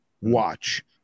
watch